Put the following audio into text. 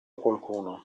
qualcuno